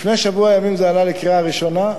לפני שבוע ימים זה עלה לקריאה ראשונה,